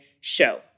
show